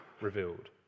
revealed